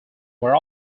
were